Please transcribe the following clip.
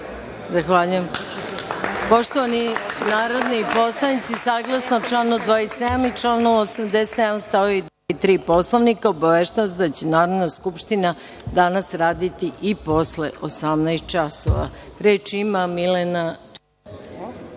Zahvaljujem. Poštovani narodni poslanici, saglasno članu 27. i članu 87. stav 3. Poslovnika obaveštavam vas da će Narodna skupština danas raditi i posle 18,00 časova. Reč ima narodni